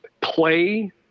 play